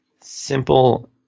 simple